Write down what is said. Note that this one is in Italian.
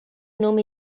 nome